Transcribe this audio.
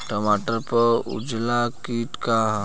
टमाटर पर उजला किट का है?